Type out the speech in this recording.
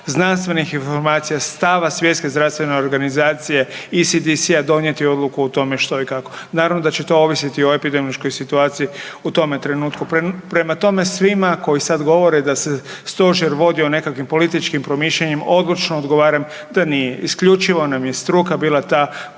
znanstvenih informacija, stava Svjetske zdravstvene organizacije, ISDS-a, donijeti odluku o tome što i kako. Naravno da će to ovisiti o epidemiološkoj situaciji u tome trenutku. Prema tome, svima koji sad govore da se stožer vodio nekakvim političkim promišljanjem odlučno odgovaram da nije, isključivo nam je struka bila ta koja